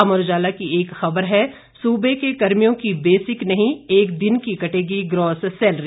अमर उजाला की एक खबर है सूबे के कर्मियों की बेसिक नहीं एक दिन की कटेगी ग्रॉस सैलरी